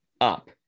up